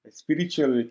spiritual